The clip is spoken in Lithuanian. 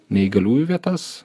neįgaliųjų vietas